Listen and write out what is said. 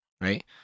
right